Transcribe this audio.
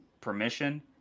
permission